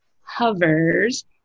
hovers